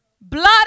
blood